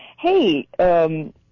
Hey